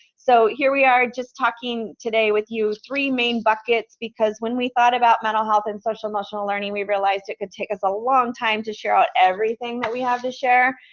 so here we are just talking today with you, three main buckets, because when we thought about mental health and social-emotional learning, we realized it could take us a long time to share out everything that we have to share.